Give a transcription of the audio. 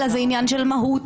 אלא זה עניין של מהות.